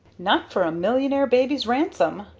not for a millionaire baby's ransom!